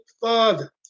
father